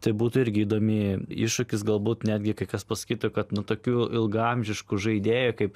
tai būtų irgi įdomi iššūkis galbūt netgi kai kas pasakytų kad nu tokių ilgaamžiškų žaidėjų kaip